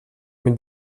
mig